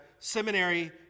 seminary